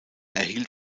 erhielt